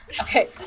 Okay